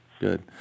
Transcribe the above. good